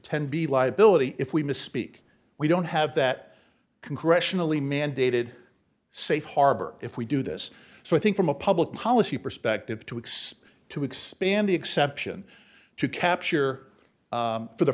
tenby liability if we misspeak we don't have that congressionally mandated safe harbor if we do this so i think from a public policy perspective to expect to expand the exception to capture for